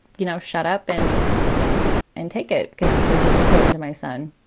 you know, shut up and and take it cause this was important to my son